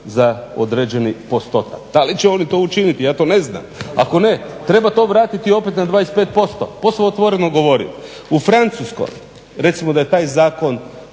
za određeni postotak. Da li će oni to učiniti ja to ne znam, ako ne treba to vratiti opet na 25%, posve otvoreno govorim. U Francuskoj recimo da je taj zakon